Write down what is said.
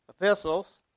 epistles